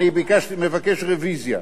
אני מבקש רוויזיה.